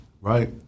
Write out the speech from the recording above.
right